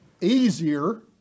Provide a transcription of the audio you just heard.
Easier